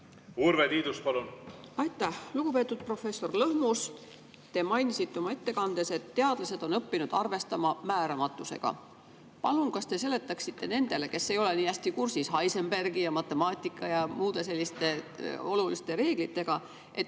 Urve Tiidus, palun! Aitäh! Lugupeetud professor Lõhmus! Te mainisite oma ettekandes, et teadlased on õppinud arvestama määramatusega. Palun, kas te seletaksite nendele, kes ei ole nii hästi kursis Heisenbergi ja matemaatika ja muude selliste oluliste reeglitega,